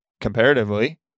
comparatively